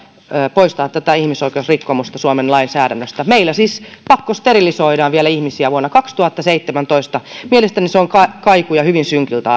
poistaa tätä ihmisoikeusrikkomusta suomen lainsäädännöstä meillä siis pakkosterilisoidaan ihmisiä vielä vuonna kaksituhattaseitsemäntoista mielestäni se on kaikuja hyvin synkiltä